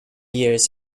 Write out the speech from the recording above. years